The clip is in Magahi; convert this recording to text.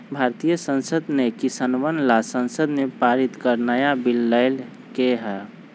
भारतीय संसद ने किसनवन ला संसद में पारित कर नया बिल लय के है